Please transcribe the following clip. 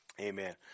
Amen